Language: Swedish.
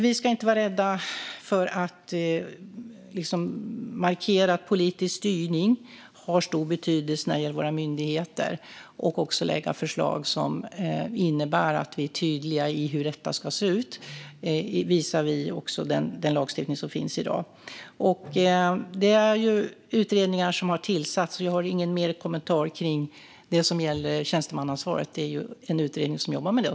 Vi ska inte vara rädda för att markera att politisk styrning har stor betydelse när det gäller våra myndigheter och att också lägga fram förslag som innebär att vi är tydliga i hur detta ska se ut också visavi den lagstiftning som finns i dag. Utredningar har tillsatts, och jag har ingen mer kommentar kring det som gäller tjänstemannaansvaret. En utredning jobbar med det.